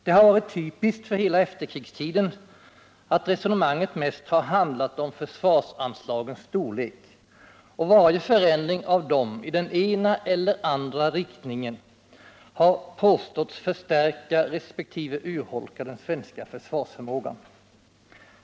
Det har varit typiskt för hela efterkrigstiden att resonemanget mest har handlat om försvarsanslagens storlek och att varje förändring av dem i den ena eller andra riktningen påståtts förstärka resp. urholka den svenska försvarsförmågan.